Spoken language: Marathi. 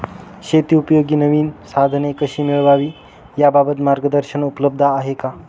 शेतीउपयोगी नवीन साधने कशी मिळवावी याबाबत मार्गदर्शन उपलब्ध आहे का?